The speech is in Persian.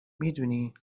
میدونی